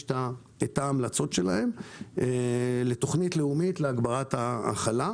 את ההמלצות שלהם לתוכנית לאומית להגברת ההכלה.